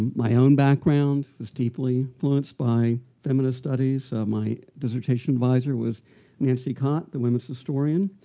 my own background is deeply influenced by feminist studies. my dissertation advisor was nancy cott, the women's historian.